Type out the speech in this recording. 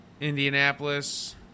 Indianapolis